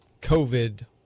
COVID